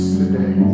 today